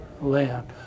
land